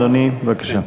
אדוני, בבקשה.